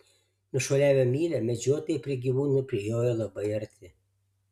nušuoliavę mylią medžiotojai prie gyvūnų prijojo labai arti